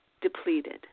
depleted